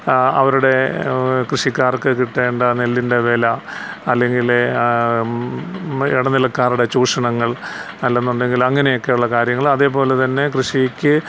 അവരുടെ കൃഷിക്കാർക്ക് കിട്ടേണ്ട നെല്ലിന്റെ വില അല്ലെങ്കിൽ ഇടനിലക്കാരുടെ ചൂഷണങ്ങൾ അല്ലെന്നുണ്ടെങ്കിൽ അങ്ങനെയൊക്കെയുള്ള കാര്യങ്ങൾ അതേപോലെതന്നെ കൃഷിക്ക്